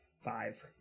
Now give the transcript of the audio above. five